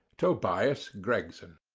tobias gregson.